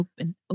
open